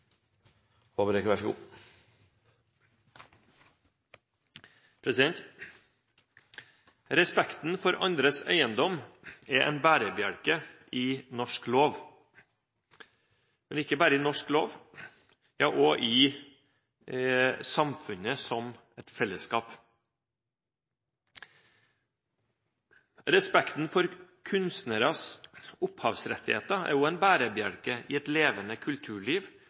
en bærebjelke i norsk lov, men ikke bare i norsk lov – også i samfunnet som et fellesskap. Respekten for kunstneres opphavsrettigheter er også en bærebjelke i et levende kulturliv